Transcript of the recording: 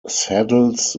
saddles